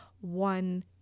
One